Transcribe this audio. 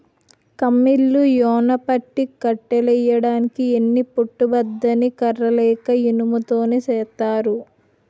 కమ్మలిల్లు యెన్నుపట్టి కట్టులెయ్యడానికి ఎన్ని పోటు బద్ద ని కర్ర లేక ఇనుము తోని సేత్తారు